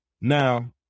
Now